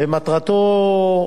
ומטרתו,